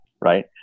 Right